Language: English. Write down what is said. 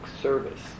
service